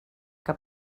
que